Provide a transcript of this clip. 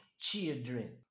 children